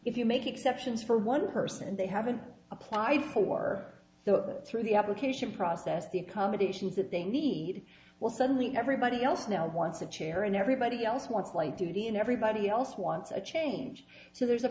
if you make exceptions for one person and they haven't applied for that through the application process the accommodations that they need well suddenly everybody else now wants a chair and everybody else wants light duty and everybody else wants a change so there